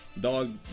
dog